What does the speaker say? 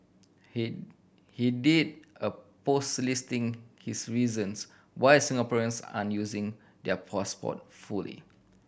he he did a post listing his reasons why Singaporeans aren't using their passport fully